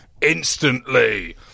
instantly